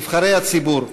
נבחרי הציבור,